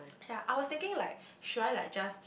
ya I was thinking like should I like just